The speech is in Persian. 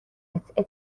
قطعه